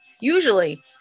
Usually